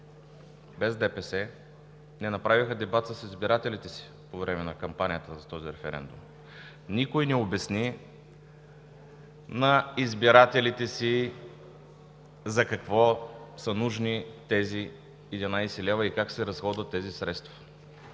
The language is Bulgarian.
не направиха дебат с избирателите си по време на кампанията за този референдум, никой не обясни на избирателите си за какво са нужни тези 11 лв. и как се разходват тези средства.